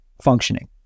functioning